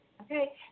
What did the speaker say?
Okay